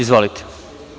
Izvolite.